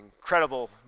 incredible